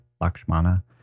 Lakshmana